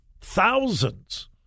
thousands